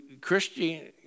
Christian